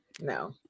no